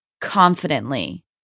confidently